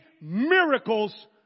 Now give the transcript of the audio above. miracles